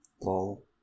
Lol